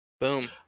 boom